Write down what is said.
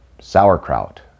sauerkraut